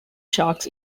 sharks